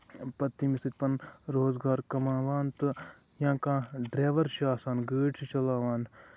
پَتہٕ تمہِ سۭتۍ پَنُن روزگار کَماوان تہٕ یا کانٛہہ ڈریور چھُ آسان کٲڑۍ چھُ چَلاوان